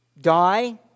die